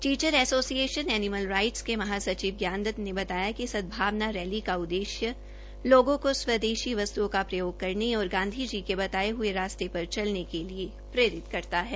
teacher association animal rights के महासचिव ज्ञानदत ने बताया कि सदभावना रैली का उद्देश्य लोगों केा स्वदेशी वस्तुओं का प्रयोग करने और गांधी जी के बताये हये रास्ते पर चलने के लिए प्ररित करता है